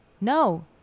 No